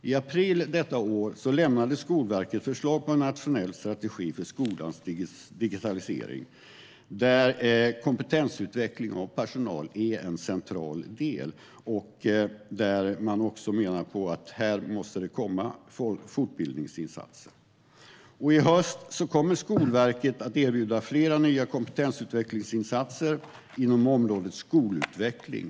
I april detta år lämnade Skolverket förslag på en nationell strategi för skolans digitalisering, där kompetensutveckling av personal är en central del och där man även menar att det måste komma fortbildningsinsatser. I höst kommer Skolverket att erbjuda flera nya kompetensutvecklingsinsatser inom området skolutveckling.